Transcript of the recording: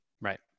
Right